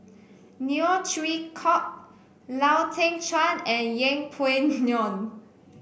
Neo Chwee Kok Lau Teng Chuan and Yeng Pway Ngon